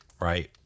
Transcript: right